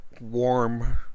warm